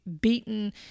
beaten